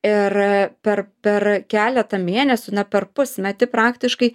ir per per keletą mėnesių na per pusmetį praktiškai